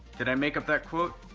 did i make up that quote?